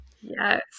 Yes